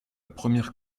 première